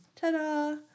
Ta-da